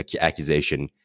accusation